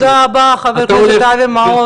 תודה רבה, חבר הכנסת אבי מעוז.